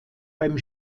beim